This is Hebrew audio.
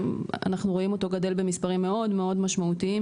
אנחנו רואים אותו גדל במספרים מאוד מאוד משמעותיים,